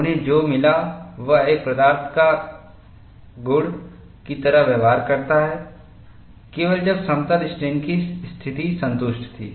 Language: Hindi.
उन्हें जो मिला वह एक प्रदार्थ का गुणकी तरह व्यवहार करता है केवल जब समतल स्ट्रेन की स्थिति संतुष्ट थी